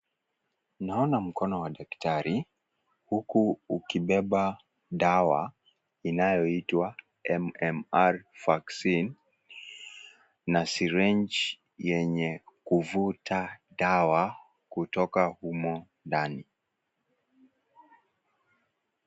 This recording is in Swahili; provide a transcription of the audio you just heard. Naona mkono wa dakitari, huku ukibeba dawa inayoitwa; MMR vaccine na syringe yenye kuvuta dawa kutoka humo ndani.